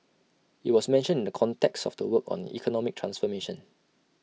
IT was mentioned in the context of the work on economic transformation